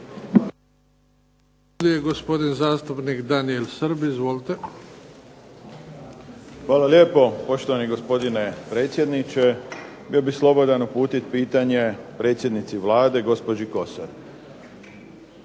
Hvala lijepo poštovani gospodine predsjedniče. Bio bih slobodan uputiti pitanje predsjednici Vlade gospođi Kosor.